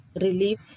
relief